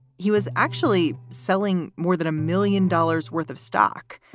he was actually selling more than a million dollars worth of stock.